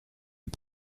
est